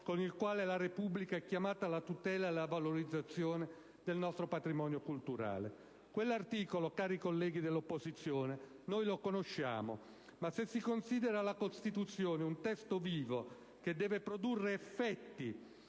con il quale la Repubblica è chiamata alla tutela e alla valorizzazione del proprio patrimonio culturale. Quell'articolo, cari colleghi dell'opposizione, lo conosciamo. Ma se si considera la Costituzione un testo vivo, che deve produrre effetti